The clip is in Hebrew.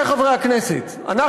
תנו